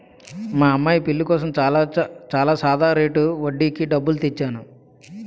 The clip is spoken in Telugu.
మా అమ్మాయి పెళ్ళి కోసం చాలా సాదా రేటు వడ్డీకి డబ్బులు తెచ్చేను